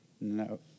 No